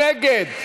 מי נגד?